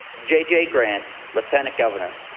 jj grant, lieutenant governor.